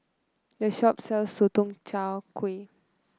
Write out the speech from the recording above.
this shop sells Sotong Char Kway